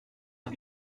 des